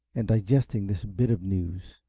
and digesting this bit of news.